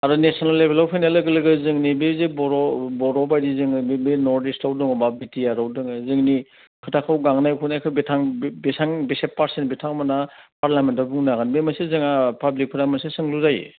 आरो नेसनेल लेभेलाव फैनाय लोगो लोगो जोंनि बै जे बर' बायदि जोङो बे नर्थ इस्टआव दङ बा बि टि आर आव दङ जोंनि खोथाखौ गांनाय उखैनायखौ बिथां बेसेबां बेसे पार्सेन्ट बिथांमोना पार्लियामेन्टआव बुंनो हागोन बे मोनसे जोंहा पाब्लिकफोरा मोनसे सोंलु जायो